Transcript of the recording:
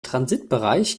transitbereich